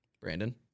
Brandon